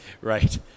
Right